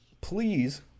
please